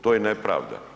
To je nepravda.